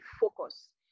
focus